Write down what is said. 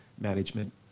management